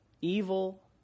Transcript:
evil